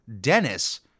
Dennis